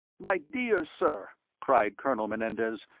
my dear sir, cried colonel menendez,